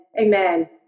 Amen